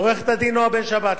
לעורכת-הדין נועה בן-שבת,